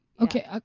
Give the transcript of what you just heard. Okay